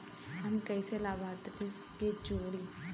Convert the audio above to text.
हम कइसे लाभार्थी के जोड़ी?